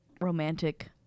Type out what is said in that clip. romantic